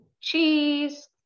Cheese